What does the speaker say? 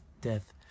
death